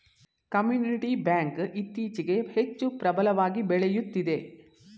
community bank ಇತ್ತೀಚೆಗೆ ಹೆಚ್ಚು ಪ್ರಬಲವಾಗಿ ಬೆಳೆಯುತ್ತಿದೆ